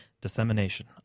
Dissemination